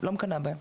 אני לא מקנאה בהם.